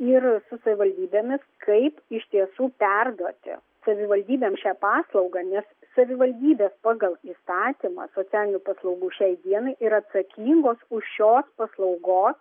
ir su savivaldybėmis kaip iš tiesų perduoti savivaldybėms šią paslaugą nes savivaldybės pagal įstatymą socialinių paslaugų šiai dienai yra atsakingos už šios paslaugos